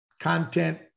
content